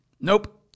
nope